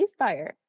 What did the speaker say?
ceasefire